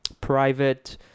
private